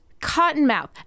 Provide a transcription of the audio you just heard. Cottonmouth